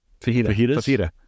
fajitas